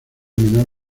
menor